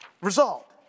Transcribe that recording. result